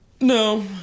No